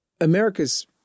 America's